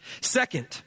Second